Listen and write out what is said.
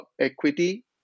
equity